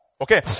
Okay